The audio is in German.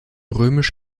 römisch